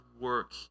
work